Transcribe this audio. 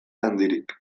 handirik